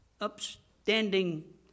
upstanding